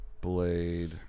blade